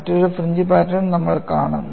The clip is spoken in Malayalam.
മറ്റൊരു ഫ്രിഞ്ച് പാറ്റേൺ നമ്മൾ കാണും